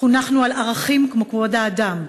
חונכנו על ערכים כמו כבוד האדם,